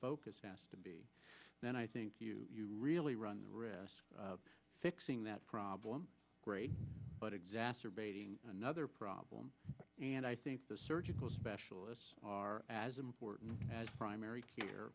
focus has to be then i think you really run the risk of fixing that problem but exacerbating another problem and i think the surgical specialists are as important as primary care